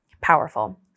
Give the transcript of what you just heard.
Powerful